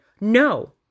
No